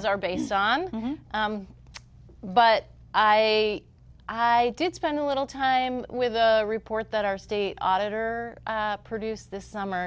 s are based on but i i did spend a little time with a report that our state auditor produced this summer